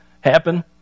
happen